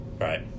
Right